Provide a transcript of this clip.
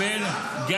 רוצה.